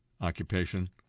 occupation